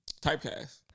typecast